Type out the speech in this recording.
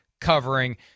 covering